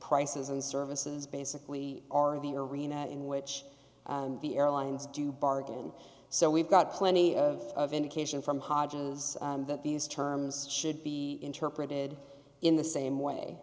prices and services basically are the arena in which the airlines do bargain so we've got plenty of indication from hodges that these terms should be interpreted in the same way